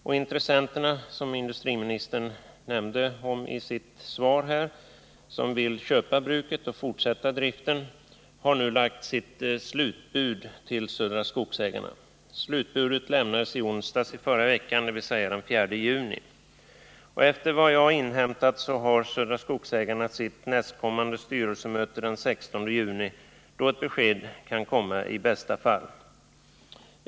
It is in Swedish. De intressenter som industriministern nämnde i sitt svar och som vill köpa bruket och fortsätta driften har nu lagt sitt slutbud till Södra Skogsägarna. Slutbudet lämnades i onsdags i förra veckan, dvs. den 4 juni. Efter vad jag inhämtat har Södra Skogsägarna sitt nästkommande styrelsemöte den 16 juni, då ett besked kan komma i bästa fall.